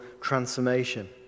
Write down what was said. transformation